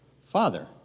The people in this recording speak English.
Father